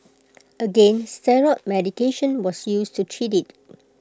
again steroid medication was used to treat IT